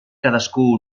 cadascun